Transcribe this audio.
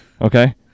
Okay